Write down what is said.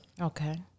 Okay